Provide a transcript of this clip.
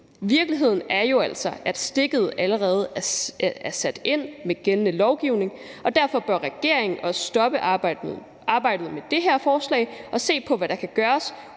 Virkeligheden er jo altså, at nålestiksindgrebet allerede er sat ind med gældende lovgivning, og derfor bør regeringen også stoppe arbejdet med det her forslag og se på, hvad der kan gøres